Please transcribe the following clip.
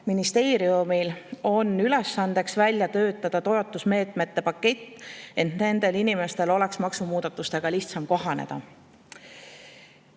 Sotsiaalministeeriumil on ülesandeks välja töötada toetusmeetmete pakett, et nendel inimestel oleks maksumuudatustega lihtsam kohaneda.